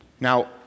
Now